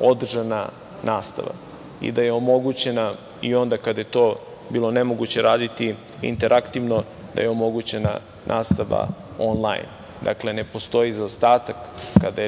održana nastava i da je omogućena i onda kada je to bilo nemoguće raditi, interaktivno, i da je omogućena nastava onlajn. Ne postoji zaostatak kada